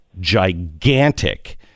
gigantic